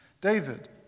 David